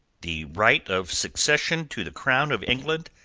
the right of succession to the crown of england,